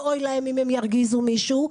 ואוי להם אם הם ירגיזו מישהו.